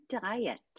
diet